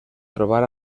trobar